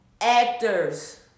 actors